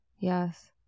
Yes